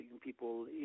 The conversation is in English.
people